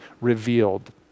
revealed